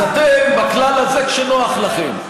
אז אתם בכלל הזה כשנוח לכם.